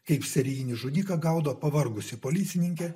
kaip serijinį žudiką gaudo pavargusiu policininke